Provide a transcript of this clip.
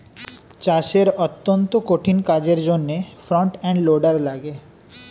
চাষের অত্যন্ত কঠিন কাজের জন্যে ফ্রন্ট এন্ড লোডার লাগে